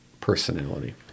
personality